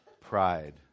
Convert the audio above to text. pride